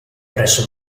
presso